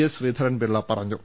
S Sreedharan Pillai പറഞ്ഞു